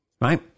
right